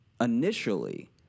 initially